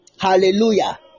Hallelujah